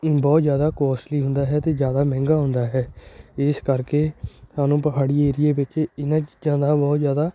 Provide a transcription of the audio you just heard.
ਬਹੁਤ ਜ਼ਿਆਦਾ ਕੋਸਟਲੀ ਹੁੰਦਾ ਹੈ ਅਤੇ ਜ਼ਿਆਦਾ ਮਹਿੰਗਾ ਹੁੰਦਾ ਹੈ ਇਸ ਕਰਕੇ ਸਾਨੂੰ ਪਹਾੜੀ ਏਰੀਏ ਵਿੱਚ ਇਹਨਾਂ ਚੀਜ਼ਾਂ ਦਾ ਬਹੁਤ ਜ਼ਿਆਦਾ